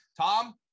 Tom